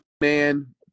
man